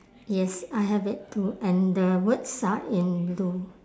yes I have it too and the words are in blue